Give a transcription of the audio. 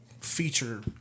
feature